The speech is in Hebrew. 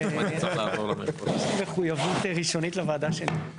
אבל מחויבות ראשונית לוועדה שלי.